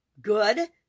good